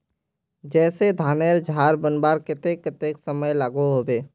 जैसे धानेर झार बनवार केते कतेक समय लागोहो होबे?